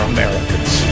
Americans